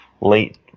late